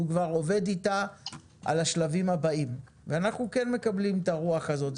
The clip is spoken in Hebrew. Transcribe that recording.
כבר עובד איתה על השלבים הבאים ואנחנו כן מקבלים את הרוח הזאת,